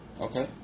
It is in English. Okay